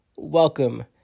Welcome